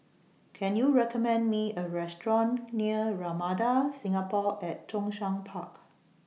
Can YOU recommend Me A Restaurant near Ramada Singapore At Zhongshan Park